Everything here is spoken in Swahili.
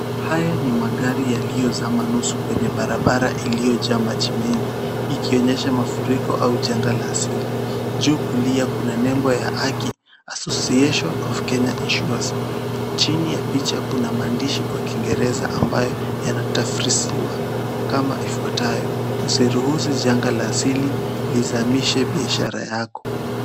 Haya ni magari yaliyozama nusu kwenye barabara iliyojaa maji mengi ikionyesha mafuriko au janga la asili. Juu kulia kuna nembo ya Aki Association of Kenya Insurers. Chini ya picha kuna maandishi kwa kiingereza ambayo yanatafsiriwa kama ifuatayo, usiruhusu janga la asili lizamishe biashara yako.